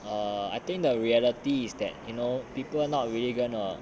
err I think the reality is that you know people are not really gonna